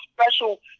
special